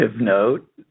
note